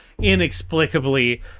inexplicably